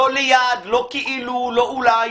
לא ליד, לא כאילו, לא אולי